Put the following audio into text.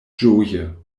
ĝoje